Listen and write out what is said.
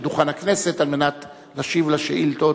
לדוכן הכנסת על מנת להשיב על השאילתות.